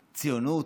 ציונות?